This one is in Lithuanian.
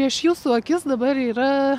prieš jūsų akis dabar yra